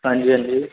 ਹਾਂਜੀ ਹਾਂਜੀ